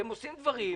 אתם עושים דברים,